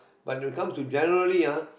but when it comes to generally ah